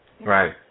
Right